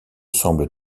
semble